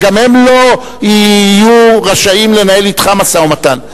וגם הם לא יהיו רשאים לנהל אתך משא-ומתן.